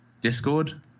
Discord